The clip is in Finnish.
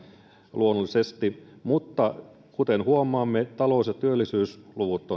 luonnollisesti mutta kuten huomaamme talous ja työllisyysluvut